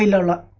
loma